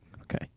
okay